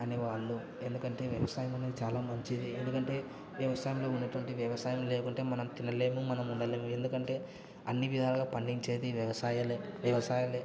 అనేవాళ్ళు ఎందుకంటే వ్యవసాయమనేది చాలా మంచిది ఎందుకంటే వ్యవసాయంలో ఉన్నటువంటి వ్యవసాయం లేకుంటే మనం తినలేము మనం ఉండలేము ఎందుకంటే అన్ని విధాలుగా పండించేది వ్యవసాయాలే వ్యవసాయాలే